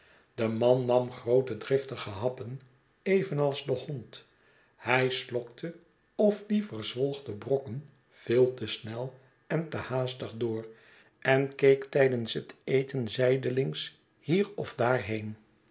de man nam groote driftige happen evenals de hond hij slokte of liever zwolg debrokken veel te snel en te haastig door en keek onder het eten zijdelings hier en daarheen